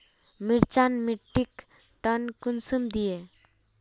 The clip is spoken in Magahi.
मिर्चान मिट्टीक टन कुंसम दिए?